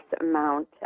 amount